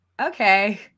okay